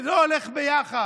זה לא הולך ביחד.